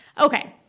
Okay